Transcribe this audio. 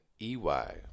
EY